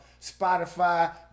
Spotify